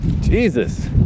Jesus